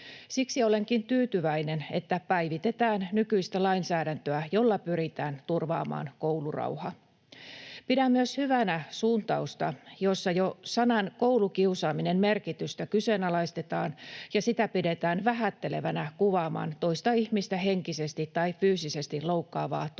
Siksi olenkin tyytyväinen, että päivitetään nykyistä lainsäädäntöä, jolla pyritään turvaamaan koulurauha. Pidän myös hyvänä suuntausta, jossa jo sanan ”koulukiusaaminen” merkitystä kyseenalaistetaan ja pidetään vähättelevänä kuvaamaan toista ihmistä henkisesti tai fyysisesti loukkaavaa toimintatapaa.